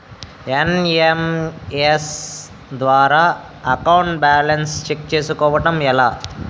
SMS ద్వారా account balance check చేసుకోవటం ఎలా?